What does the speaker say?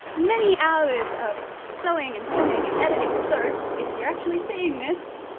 many hours of sewing and filming and editing so if you're actually seeing this,